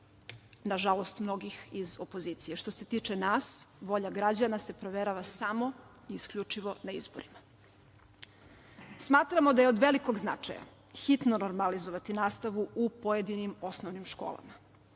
na žalost mnogih iz opozicije. Što se tiče nas, volja građana se proverava samo i isključivo na izborima. Smatramo da je od velikog značaja hitno normalizovati nastavu u pojedinim osnovnim školama.